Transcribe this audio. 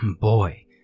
boy